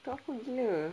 thoughtful gila